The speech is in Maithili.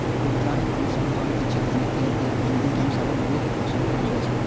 वैज्ञानिक अनुसंधान के क्षेत्र मे कैल गेल फंडिंग कें अनुसंधान वित्त पोषण कहल जाइ छै